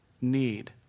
need